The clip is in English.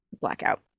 blackout